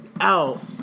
out